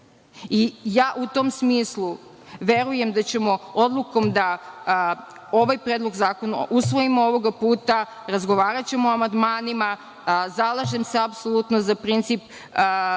u tom smislu verujem da ćemo odlukom da ovaj Predlog zakona usvojimo ovog puta, razgovaraćemo o amandmanima. Zalažem se apsolutno za princip